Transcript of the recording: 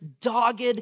dogged